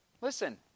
Listen